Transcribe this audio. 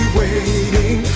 waiting